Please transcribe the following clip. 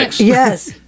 Yes